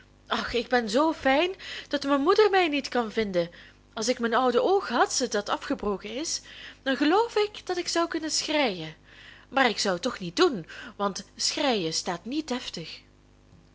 ach ik ben zoo fijn dat mijn moeder mij niet kan vinden als ik mijn oude oog had dat afgebroken is dan geloof ik dat ik zou kunnen schreien maar ik zou het toch niet doen want schreien staat niet deftig